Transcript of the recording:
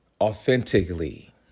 authentically